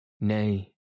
Nay